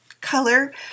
color